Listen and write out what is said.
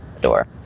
door